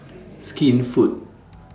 Skinfood